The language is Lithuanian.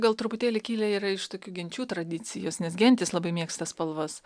gal truputėlį kilę yra iš tokių genčių tradicijos nes gentys labai mėgsta spalvas